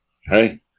hey